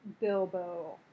bilbo